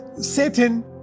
Satan